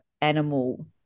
animal